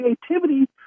creativity